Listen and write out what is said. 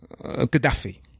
Gaddafi